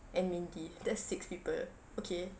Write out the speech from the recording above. and ming gee that's six people okay